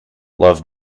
love